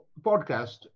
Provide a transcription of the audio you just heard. podcast